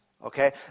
Okay